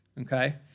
okay